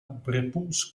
brepoels